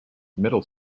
middle